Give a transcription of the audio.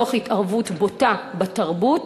תוך התערבות בוטה בתרבות